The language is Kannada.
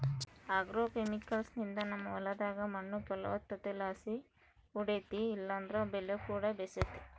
ಆಗ್ರೋಕೆಮಿಕಲ್ಸ್ನಿಂದ ನಮ್ಮ ಹೊಲದಾಗ ಮಣ್ಣು ಫಲವತ್ತತೆಲಾಸಿ ಕೂಡೆತೆ ಇದ್ರಿಂದ ಬೆಲೆಕೂಡ ಬೇಸೆತೆ